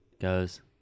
goes